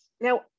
Now